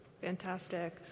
Fantastic